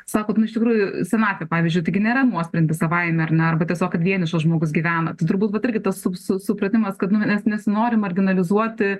sakot nu iš tikrųjų senatvė pavyzdžiui taigi nėra nuosprendis savaime ar ne arba tiesiog kad vienišas žmogus gyvena tai turbūt vat irgi tas su supratimas kad manęs nesinori marginalizuoti